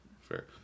fair